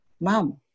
mom